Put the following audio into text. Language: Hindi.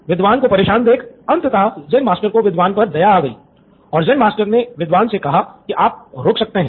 विद्वान को परेशान देख अंततः ज़ेन मास्टर को विद्वान पर दया आ गयी और ज़ेन मास्टर ने विद्वान से कहा कि अब आप रुक सकते हैं